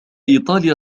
إيطاليا